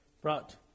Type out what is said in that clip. brought